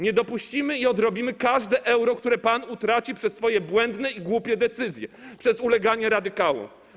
Nie dopuścimy i odrobimy każde euro, które pan utraci przez swoje błędne i głupie decyzje, przez uleganie radykałom.